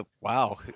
Wow